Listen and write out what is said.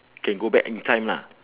can go back any time lah